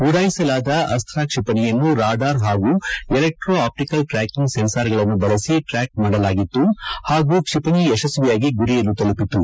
ಉಡಾಯಿಸಲಾದ ಅಸ್ತ್ರ ಕ್ಷಿಪಣಿಯನ್ನು ರಾಡಾರ್ ಹಾಗೂ ಎಲೆಕ್ಟೋ ಆಪ್ಷಿಕಲ್ ಟ್ರಾಕಿಂಗ್ ಸೆನ್ಸಾರ್ಗಳನ್ನು ಬಳಸಿ ಟ್ರಾಕ್ ಮಾಡಲಾಗಿತ್ತು ಹಾಗೂ ಕ್ಷಿಪಣಿ ಯಶಸ್ವಿಯಾಗಿ ಗುರಿಯನ್ನು ತಲುಪಿತು